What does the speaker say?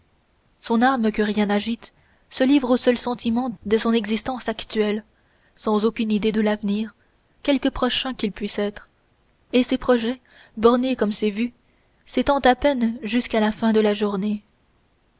son âme que rien n'agite se livre au seul sentiment de son existence actuelle sans aucune idée de l'avenir quelque prochain qu'il puisse être et ses projets bornés comme ses vues s'étendent à peine jusqu'à la fin de la journée